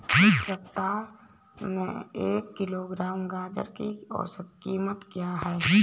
इस सप्ताह एक किलोग्राम गाजर की औसत कीमत क्या है?